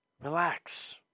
Relax